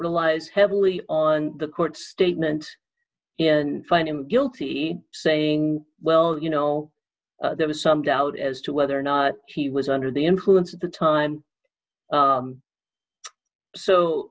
relies heavily on the court's statement and find him guilty saying well you know there was some doubt as to whether or not he was under the influence at the time